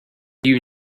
you